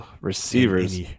receivers